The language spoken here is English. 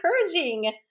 encouraging